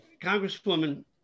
Congresswoman